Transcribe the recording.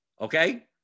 okay